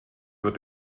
wird